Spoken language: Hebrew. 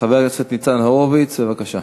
חבר הכנסת ניצן הורוביץ, בבקשה.